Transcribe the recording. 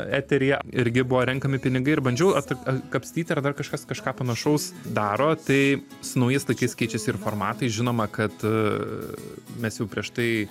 eteryje irgi buvo renkami pinigai ir bandžiau atkapstyti ar dar kažkas kažką panašaus daro tai su naujais laikais keičiasi ir formatai žinoma kad mes jau prieš tai